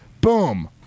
Boom